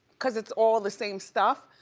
cause it's all the same stuff,